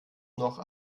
noch